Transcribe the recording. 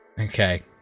okay